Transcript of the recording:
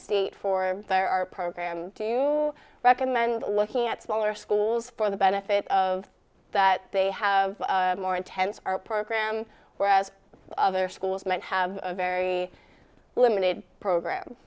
state for there are programs do you recommend looking at smaller schools for the benefit of that they have more intense our program whereas other schools might have a very limited program